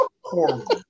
horrible